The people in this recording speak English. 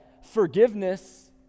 forgiveness